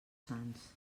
sants